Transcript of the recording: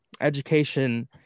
education